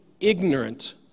ignorant